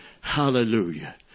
Hallelujah